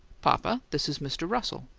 papa, this is mr. russell.